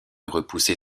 repousser